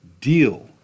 deal